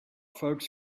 folks